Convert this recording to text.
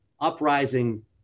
uprising